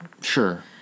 Sure